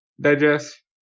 digest